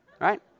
right